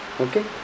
Okay